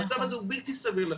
המצב הוא בלתי סביר לחלוטין,